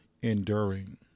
enduring